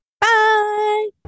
Bye